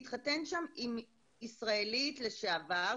הוא התחתן שם עם ישראלית לשעבר,